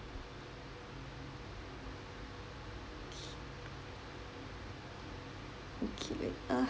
okay okay wait ah